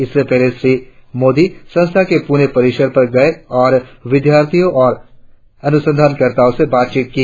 इससे पहले श्री मोदी संस्थान के पूणे परिसर गए और विद्यार्थियों और अनुसंधानकर्ताओं से बातचीत की